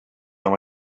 oma